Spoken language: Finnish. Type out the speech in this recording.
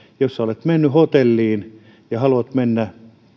jos sinä olet mennyt hotelliin ja haluat mennä